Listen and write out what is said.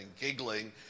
giggling